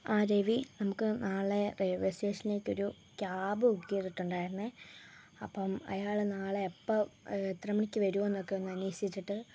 ആ രവി നമുക്ക് നാളെ റെയിൽവേ സ്റ്റേഷനിലേക്കൊരു ക്യാബ് ബുക്ക് ചെയ്തിട്ടുണ്ടായിരുന്നേ അപ്പം അയാള് നാളെ എപ്പം എത്രമണിക്ക് വരുവോന്നൊക്കെ ഒന്നന്വേഷിച്ചിട്ട്